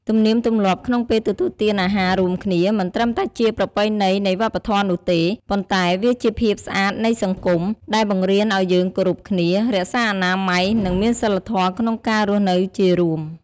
ទំនៀមទម្លាប់ក្នុងពេលទទួលទានអាហាររួមគ្នាមិនត្រឹមតែជាប្រពៃណីនៃវប្បធម៌នោះទេ ប៉ុន្តែវាជាភាពស្អាតនៃសង្គម ដែលបង្រៀនអោយយើងគោរពគ្នា រក្សាអនាម័យ និងមានសីលធម៌ក្នុងការរស់នៅជារួម។